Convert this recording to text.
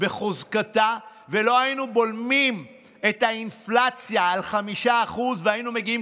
בחוזקתה ולא היינו בולמים את האינפלציה על 5% והיינו מגיעים